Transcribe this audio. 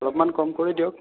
অলপমান কম কৰি দিয়ক